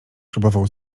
próbował